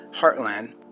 heartland